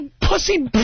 pussy